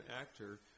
actor